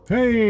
Hey